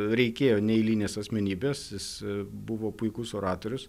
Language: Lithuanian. reikėjo neeilinės asmenybės jis buvo puikus oratorius